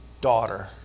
daughter